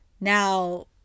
now